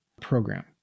program